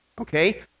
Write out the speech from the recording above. Okay